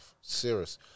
Serious